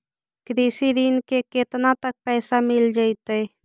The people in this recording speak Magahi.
कृषि ऋण से केतना तक पैसा मिल जइतै?